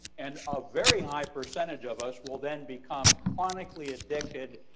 and a very high percentage of us will then become chronically addicted,